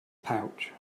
pouch